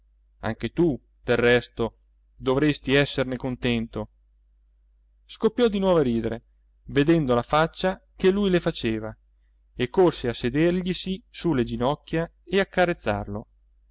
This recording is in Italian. anche tu del resto dovresti esserne contento scoppiò di nuovo a ridere vedendo la faccia che lui le faceva e corse a sederglisi su le ginocchia e